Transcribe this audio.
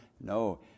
No